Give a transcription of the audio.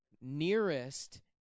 nearest